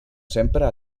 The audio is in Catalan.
sempre